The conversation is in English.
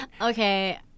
Okay